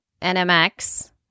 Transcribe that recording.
nmx